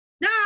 No